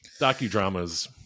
docudramas